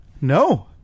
No